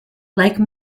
like